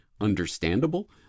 understandable